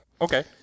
Okay